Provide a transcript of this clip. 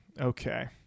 Okay